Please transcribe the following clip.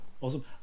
awesome